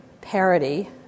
parity